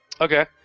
Okay